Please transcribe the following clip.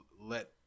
let